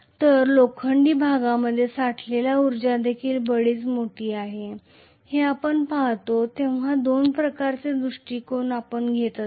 तर लोखंडी भागामध्ये साठलेली उर्जादेखील बरीच मोठी आहे हे आपण पाहतो तेव्हा दोन प्रकारचे दृष्टिकोन आपण घेत असतो